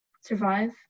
Survive